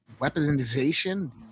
weaponization